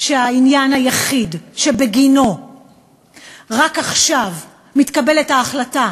שהעניין היחיד שבגינו רק עכשיו מתקבלת ההחלטה